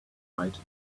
right